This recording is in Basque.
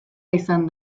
izan